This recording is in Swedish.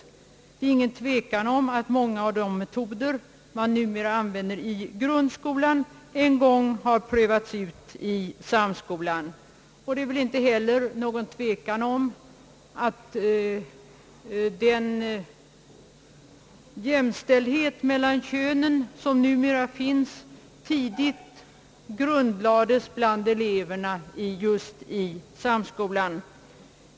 Det råder ingen tvekan om att många av de metoder som numera tillämpas i grundskolan en gång har prövats vid samskolan. Det råder inte heller någon tvekan om att den jämställdhet mellan könen som numera finns tidigt grundlades bland eleverna där.